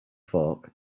fork